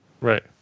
Right